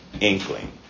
inkling